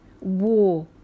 war